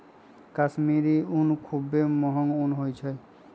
कश्मीरी ऊन खुब्बे महग ऊन होइ छइ